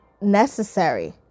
necessary